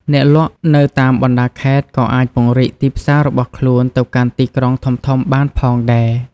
អ្នកលក់នៅតាមបណ្តាខេត្តក៏អាចពង្រីកទីផ្សាររបស់ខ្លួនទៅកាន់ទីក្រុងធំៗបានផងដែរ។